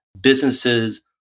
businesses